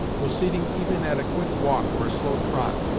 proceeding even at a quick walk, or a slow trot,